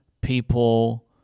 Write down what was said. people